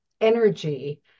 energy